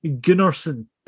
Gunnarsson